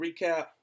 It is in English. recap